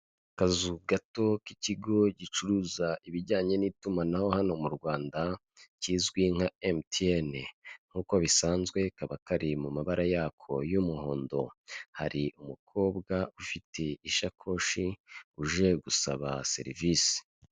Akazu gato k'ikigo gicuruza ibijyanye n'itumanaho hano mu Rwanda, kizwi nka MTN, nk'uko bisanzwe kaba kari mu mabara yako y'umuhondo, hari umukobwa ufite ishakoshi uje gusaba serivisi.